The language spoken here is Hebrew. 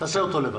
תעשה אותו לבד.